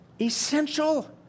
essential